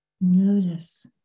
notice